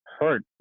Hurt